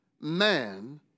man